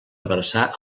abraçar